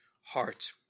heart